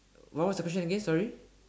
what what's the question again sorry